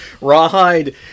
Rawhide